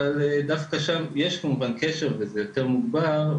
אבל יש כמובן קשר וזה יותר מוגבר,